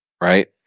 Right